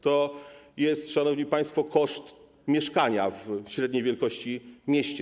To jest, szanowni państwo, koszt mieszkania w średniej wielkości mieście.